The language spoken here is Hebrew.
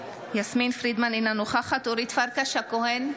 אינה נוכחת אורית פרקש הכהן,